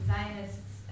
Zionists